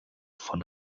von